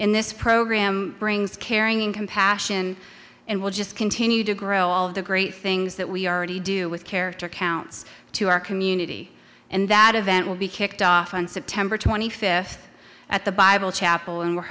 in this program brings caring and compassion and we'll just continue to grow all of the great things that we already do with character counts to our community and that event will be kicked off on september twenty fifth at the bible chapel and we're